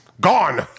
Gone